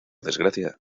desgracia